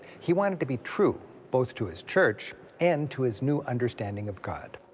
he wanted to be true both to his church and to his new understanding of god.